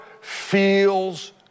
feels